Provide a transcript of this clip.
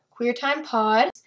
QueerTimePod